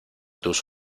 tus